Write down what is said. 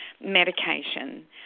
medication